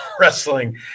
wrestling